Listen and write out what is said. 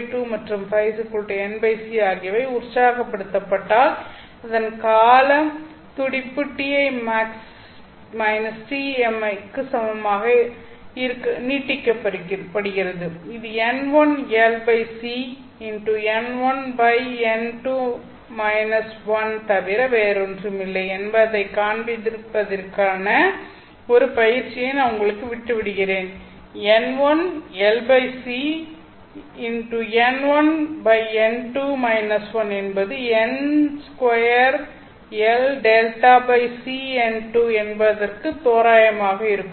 2 மற்றும் ϕ л c ஆகியவை உற்சாக படுத்தப்பட்டால் அதன் காலம் துடிப்பு tlmax tlmi க்கு சமமாக நீட்டிக்கப்படுகிறது இது n1L c n1 n2 1 ஐத் தவிர வேறொன்றுமில்லை என்பதைக் காண்பிப்பதற்கான ஒரு பயிற்சியை நான் உங்களுக்கு விட்டு விடுகிறேன் n1Lc n1n2 1 என்பது n 2LΔcn2 என்பதற்கு தோராயமாக இருக்கும்